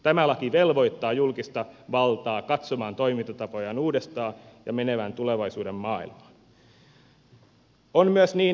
tämä laki velvoittaa julkista valtaa katsomaan toimintatapojaan uudestaan ja menemään tulevaisuuden maailmaan